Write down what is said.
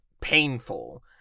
painful